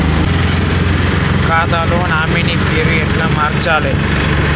నా ఖాతా లో నామినీ పేరు ఎట్ల మార్చాలే?